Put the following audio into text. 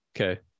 okay